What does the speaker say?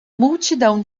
multidão